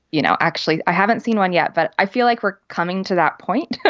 you know actually, i haven't seen one yet, but i feel like we're coming to that point.